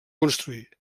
construint